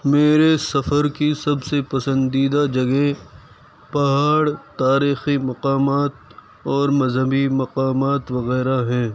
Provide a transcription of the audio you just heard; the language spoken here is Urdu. میرے سفر کی سب سے پسندیدہ جگہ پہاڑ تاریخی مقامات اور مذہبی مقامات وغیرہ ہیں